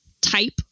type